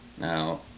Now